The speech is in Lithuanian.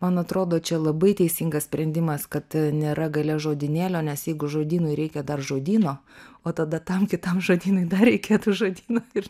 man atrodo čia labai teisingas sprendimas kad nėra gale žodynėlio nes jeigu žodynui reikia dar žodyno o tada tam kitam žodynui dar reikėtų žodyno ir